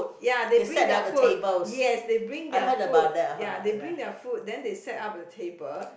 ya they bring their food yes they bring their food ya they bring their food then they set up a table